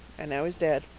and now he's dead.